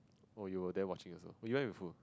oh you were they watching also you went with you